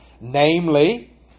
Namely